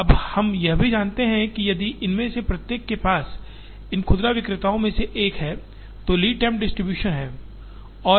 अब हम यह भी जानते हैं कि यदि इनमें से प्रत्येक के पास इन खुदरा विक्रेताओं में से एक है तो लीड टाइम डिमांड डिस्ट्रीब्यूशन है